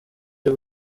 cyo